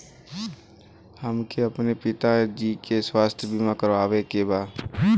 हमके अपने पिता जी के स्वास्थ्य बीमा करवावे के बा?